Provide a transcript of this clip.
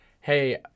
Hey